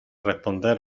responder